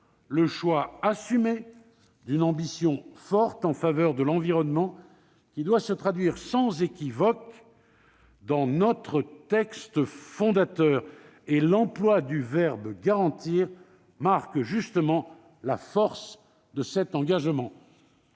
le choix assumé d'une ambition forte en faveur de l'environnement, qui doit se traduire sans équivoque dans notre texte fondateur. L'emploi du verbe « garantir » marque justement la force de cet engagement.